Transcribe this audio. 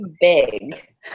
big